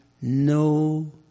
no